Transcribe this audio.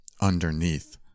underneath